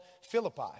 Philippi